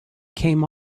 came